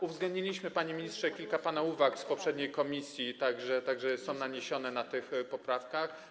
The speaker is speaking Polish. Uwzględniliśmy, panie ministrze, kilka pana uwag z poprzedniej komisji, są one naniesione w tych poprawkach.